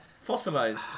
Fossilized